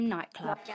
Nightclub